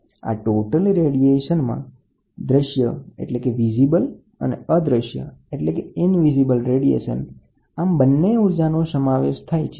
આ ટોટલ રેડિયેશનમાં દ્રશ્ય અને અદ્રશ્ય રેડિયેશન ઉર્જાનો સમાવેશ થાય છે